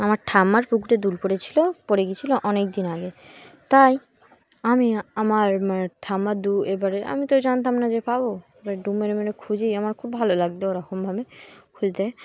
আমার ঠাম্মার পুকুরে দূল পড়েছিলো পড়ে গিয়েছিলো অনেক দিন আগে তাই আমি আমার ঠাম্মা দু এবারে আমি তো জানতাম না যে পাবো এবার ডুব মেরে মেরে খুঁজেই আমার খুব ভালো লাগতো ওরকমভাবে খুঁজতে